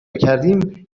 کردیم